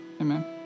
amen